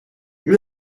gli